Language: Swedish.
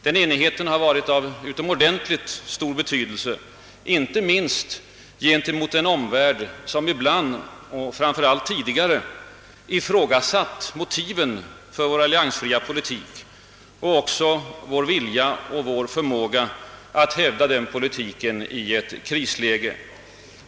Den enigheten har varit av utomordentligt stor betydelse, inte minst gentemot den omvärld som ibland, framför allt tidigare, har ifrågasatt motiven för vår alliansfria politik och vår vilja och förmåga att hävda den politiken i ett krisläge.